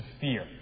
fear